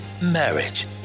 marriage